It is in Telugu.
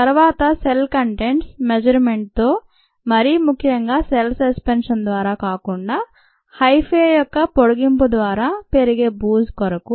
తరువాత సెల్ కంటెంట్స్ మెజర్మెంట్ త మరీ ముఖ్యంగా సెల్ సస్ పెన్షన్ ద్వారా కాకుండా హైఫే యొక్క పొడిగింపు ద్వారా పెరిగే బూజు కొరకు